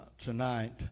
tonight